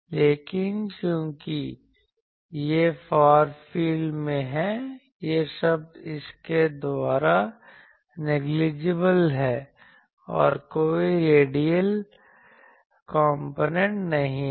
लेकिन चूंकि यह फार फील्ड में है ये शब्द इसके द्वारा नेगलिजिबल हैं और कोई रेडियल कॉम्पोनेंट नहीं हैं